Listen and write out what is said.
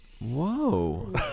Whoa